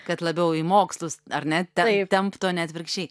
kad labiau į mokslus ar ne tem temptų o ne atvirkščiai